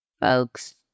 Folks